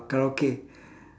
karaoke